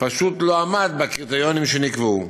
פשוט לא עמד בקריטריונים שנקבעו.